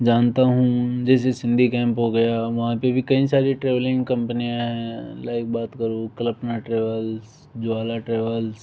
जानता हूँ जैसे सिन्धी कैंप हो गया वहाँ पर भी कई सारी ट्रैवलिंग कंपनियाँ हैं लाइक बात करूँ कल्पना ट्रेवल्स ज्वाला ट्रेवल्स